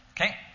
Okay